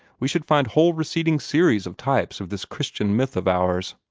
we should find whole receding series of types of this christ-myth of ours.